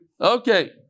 Okay